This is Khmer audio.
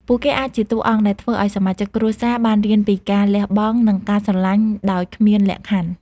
ពួកគេអាចជាតួអង្គដែលធ្វើឲ្យសមាជិកគ្រួសារបានរៀនពីការលះបង់ និងការស្រឡាញ់ដោយគ្មានលក្ខខណ្ឌ។